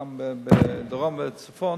גם בדרום ובצפון.